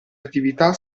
attività